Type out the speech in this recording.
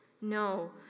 No